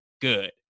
good